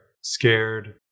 scared